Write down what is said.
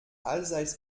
allseits